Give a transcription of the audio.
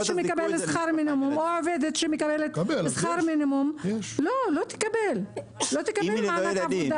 ומקבל שכר מינימום, לא יקבל מענק עבודה.